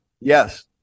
yes